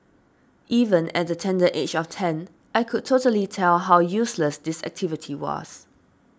even at the tender age of ten I could totally tell how useless this activity was